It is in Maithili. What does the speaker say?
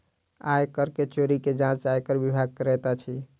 आय कर के चोरी के जांच आयकर विभाग करैत अछि